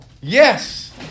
Yes